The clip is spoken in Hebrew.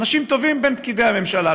אנשים טובים בין פקידי הממשלה,